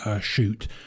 shoot